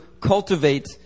cultivate